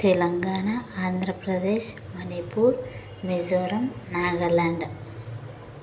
Telangana Andhra Pradesh Manipur Mizoram Nagaland